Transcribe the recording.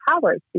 Powers